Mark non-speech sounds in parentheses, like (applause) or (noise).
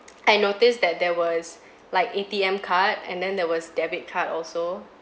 (noise) I noticed that there was (breath) like A_T_M card and then there was debit card also